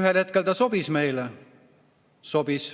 ühel hetkel ta sobis meile? Sobis.